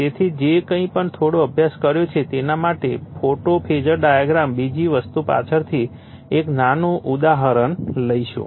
તેથી જે કંઈ પણ થોડો અભ્યાસ કર્યો છે તેના માટે કોટો ફેઝર ડાયાગ્રામ બીજી વસ્તુ પાછળથી એક નાનું ઉદાહરણ લઈશું